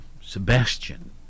Sebastian